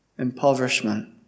Impoverishment